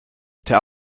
der